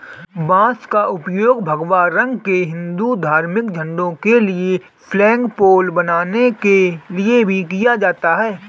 बांस का उपयोग भगवा रंग के हिंदू धार्मिक झंडों के लिए फ्लैगपोल बनाने के लिए भी किया जाता है